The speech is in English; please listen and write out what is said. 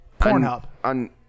Pornhub